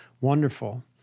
wonderful